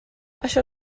això